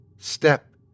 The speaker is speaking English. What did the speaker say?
Step